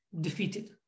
defeated